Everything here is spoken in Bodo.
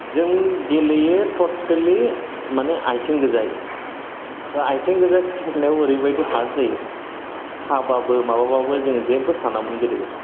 जों गेलेयो ट'टेलि माने आथिं गोजायै दा आथिं गोजा गेलेनायाव ओरैबादि हार्ड जायो साबाबो माबाबो जों जेबो सानामोन गोदो